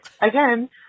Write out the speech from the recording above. Again